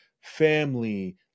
family